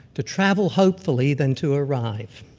to travel hopefully than to arrive.